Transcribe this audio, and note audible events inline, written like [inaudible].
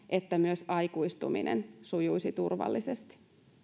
[unintelligible] että myös aikuistuminen sujuisi turvallisesti